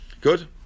Good